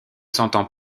sentant